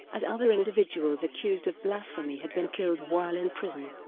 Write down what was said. as other individuals accused of blasphemy had been killed while in prison.